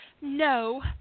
no